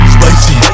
Spicy